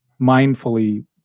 mindfully